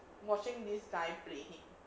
I was watching this guy playing